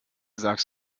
sagst